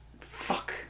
Fuck